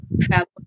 travel